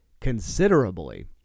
considerably